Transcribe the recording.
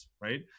Right